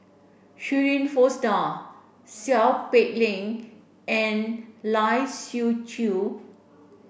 Shirin Fozdar Seow Peck Leng and Lai Siu Chiu